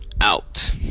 Out